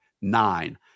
nine